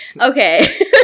Okay